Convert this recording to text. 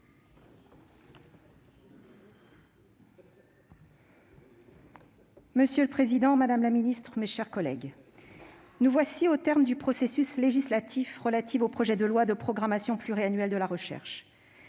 Monsieur le président, madame la ministre, mes chers collègues, nous voilà au terme du processus législatif relatif au projet de loi de programmation pluriannuelle de la recherche.